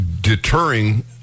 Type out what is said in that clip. deterring